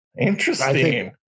interesting